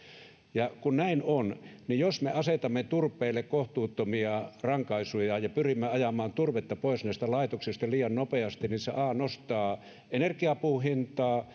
kun näin on niin jos me asetamme turpeelle kohtuuttomia rankaisuja ja pyrimme ajamaan turvetta pois näistä laitoksista liian nopeasti se nostaa energiapuun hintaa